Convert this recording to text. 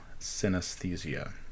synesthesia